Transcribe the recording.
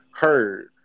heard